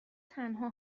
تنها